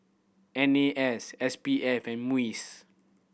N A S S P F and MUIS